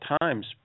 times